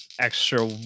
Extra